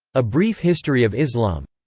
a brief history of islam.